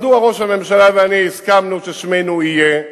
מדוע ראש הממשלה ואני הסכמנו ששמנו יהיה?